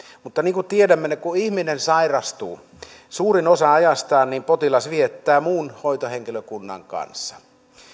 mutta niin kuin tiedämme kun ihminen sairastuu suurimman osan ajastaan potilas viettää muun hoitohenkilökunnan kanssa